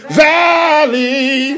valley